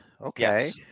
Okay